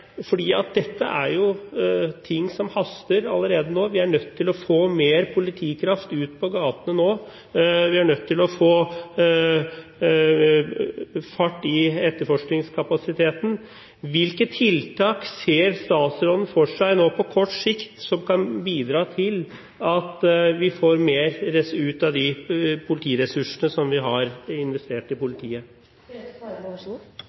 dette er ting som haster allerede nå, vi er nødt til å få mer politikraft ut på gatene nå, vi er nødt til å få fart i etterforskningskapasiteten: Hvilke tiltak ser statsråden for seg nå på kort sikt som kan bidra til at vi får mer ut av de politiressursene som vi har investert i